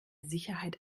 sicherheit